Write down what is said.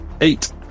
Eight